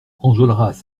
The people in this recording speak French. enjolras